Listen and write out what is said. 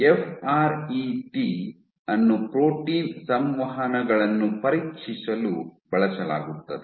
F R E T ಅನ್ನು protein ಸಂವಹನಗಳನ್ನು ಪರೀಕ್ಷಿಸಲು ಬಳಸಲಾಗುತ್ತದೆ